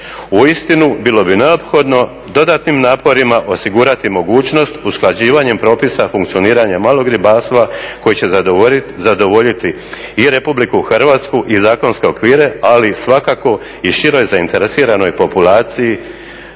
Uistinu bilo bi neophodno dodatnim naporima osigurati mogućnost usklađivanjem propisa funkcioniranja malog ribarstva koji će zadovoljiti i RH i zakonske okvire ali svakako i široj zainteresiranoj populaciji